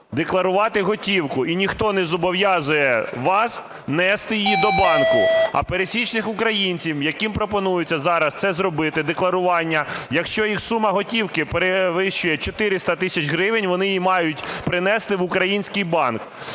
декларувати готівку, і ніхто не зобов'язує вас нести її до банку. А пересічним українцям, яким пропонується зараз це зробити декларування, якщо їх сума готівки перевищує 400 тисяч гривень, вони її мають принести в український банк.